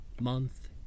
month